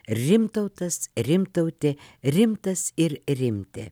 rimtautas rimtautė rimtas ir rimtė